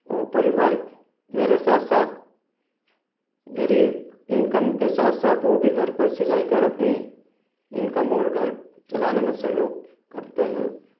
परिवार मेरे साथ साथ मेरी इनकम के साथ साथ वो भी घर पर सिलाई कर अपनी इनकम और घर चलाने में सहयोग करते हैं